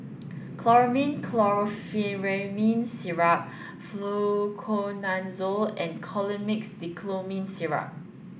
Chlormine Chlorpheniramine Syrup Fluconazole and Colimix Dicyclomine Syrup